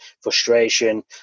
frustration